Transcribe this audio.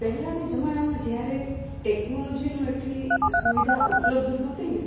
પહેલાના જમાનામાં જ્યારે ટેક્નોલોજીનું એટલી સુવિધા ઉપલબ્ધ નહોતી ને